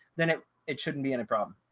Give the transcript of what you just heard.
then it it shouldn't be any problem.